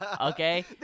okay